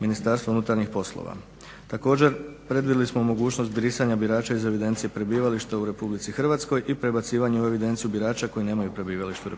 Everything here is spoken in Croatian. Ministarstva unutarnjih poslova. Također predvidjeli smo mogućnost brisanja birača iz evidencije prebivališta u RH i prebacivanje u evidenciju birača koji nemaju prebivalište u